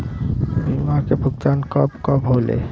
बीमा के भुगतान कब कब होले?